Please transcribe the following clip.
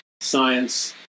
science